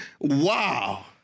Wow